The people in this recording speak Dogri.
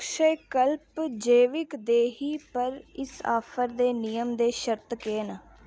अक्षयकल्प जैविक देही पर इस ऑफर दे नियम ते शर्तां केह् न